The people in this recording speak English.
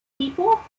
people